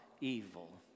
evil